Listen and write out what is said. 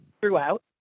throughout